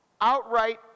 outright